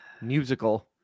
musical